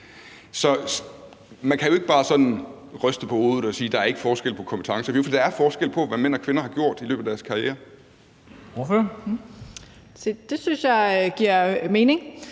sådan ryste på hovedet og sige: Der er ikke forskel på kompetencer. For der er forskel på, hvad mænd og kvinder har gjort i løbet af deres karriere. Kl.